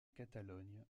catalogne